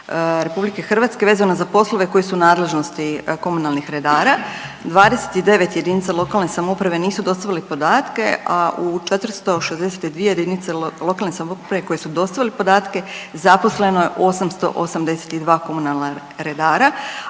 općina RH vezano za poslove koji su u nadležnosti komunalnih redara. 29 jedinica lokalne samouprave nisu dostavili podatke, a u 462 jedinice lokalne samouprave koje su dostavili podatke, zaposleno je 882 komunalna redara,